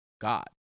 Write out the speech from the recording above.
God